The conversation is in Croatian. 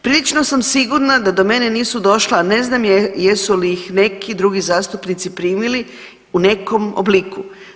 Prilično sam sigurna da do mene nisu došla, a ne znam jesu li ih neki drugi zastupnici primili u nekom obliku.